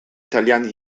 italiani